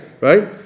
right